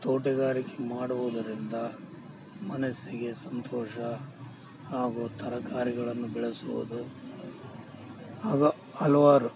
ತೋಟಗಾರಿಕೆ ಮಾಡುವುದರಿಂದ ಮನಸ್ಸಿಗೆ ಸಂತೋಷ ಹಾಗು ತರಕಾರಿಗಳನ್ನು ಬೆಳೆಸುವುದು ಆಗ ಹಲವಾರು